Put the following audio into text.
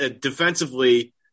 defensively